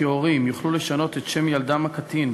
החוק כיום אינו נותן כל משקל ומעמד לדעתו,